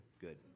Good